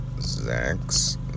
Zach's